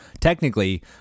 Technically